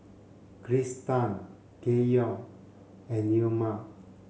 kristan Keyon and Neoma